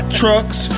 trucks